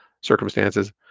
circumstances